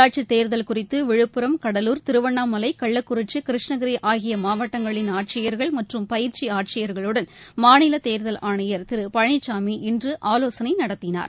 உள்ளாட்சித் தேர்தல் குறித்து விழுப்புரம் கடலூர் திருவண்ணாமலை கள்ளக்குறிச்சி கிருஷ்ணகிரி ஆகிய மாவட்டங்களின் ஆட்சியர்கள் மற்றும் பயிற்சி ஆட்சியர்களுடன் மாநில தேர்தல் ஆணையர் திரு பழனிச்சாமி இன்று ஆலோசனை நடத்தினார்